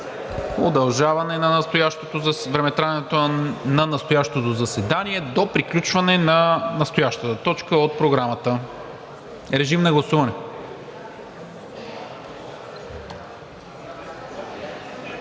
удължаване времетраенето на настоящото заседание до приключване на настоящата точка от Програмата. Гласували